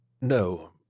No